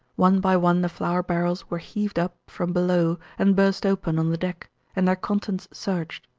one by one the flour barrels were heaved up from below and burst open on the deck and their contents searched,